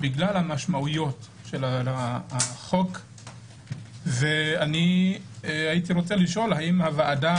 בגלל המשמעויות של החוק והייתי רוצה לשאול האם הוועדה